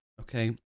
okay